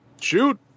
shoot